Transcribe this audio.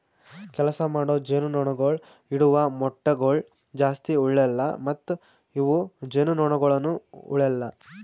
ಕೆಲಸ ಮಾಡೋ ಜೇನುನೊಣಗೊಳ್ ಇಡವು ಮೊಟ್ಟಗೊಳ್ ಜಾಸ್ತಿ ಉಳೆಲ್ಲ ಮತ್ತ ಇವು ಜೇನುನೊಣಗೊಳನು ಉಳೆಲ್ಲ